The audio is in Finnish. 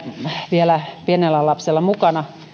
vielä pienellä lapsella mukana